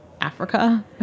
Africa